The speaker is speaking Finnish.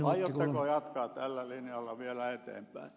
aiotteko jatkaa tällä linjalla vielä eteenpäin